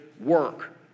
work